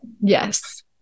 Yes